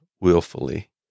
willfully